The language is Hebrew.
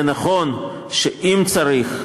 זה נכון שאם צריך,